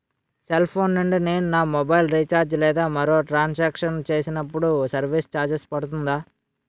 Cell phone నుండి నేను నా మొబైల్ రీఛార్జ్ లేదా మరొక ట్రాన్ సాంక్షన్ చేసినప్పుడు సర్విస్ ఛార్జ్ పడుతుందా?